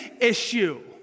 issue